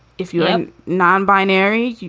if you're a non binary,